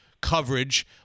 coverage